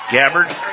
Gabbard